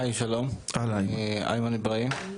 שלום, איימן איברהים,